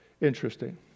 Interesting